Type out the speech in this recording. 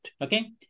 Okay